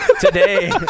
today